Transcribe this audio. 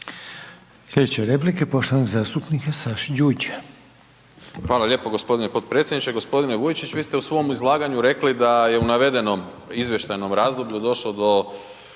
Slijedeća je replika poštovanog zastupnika Vlaovića.